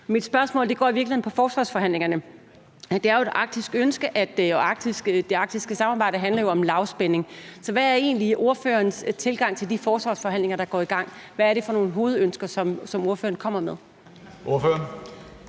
Mit spørgsmål går i virkeligheden på forsvarsforhandlingerne. Det er jo et arktisk ønske, og det arktiske samarbejde handler om lavspænding, så hvad er egentlig ordførerens tilgang til de forsvarsforhandlinger, der går i gang? Hvad er det for nogle hovedønsker, som ordføreren kommer med? Kl.